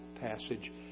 passage